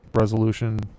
resolution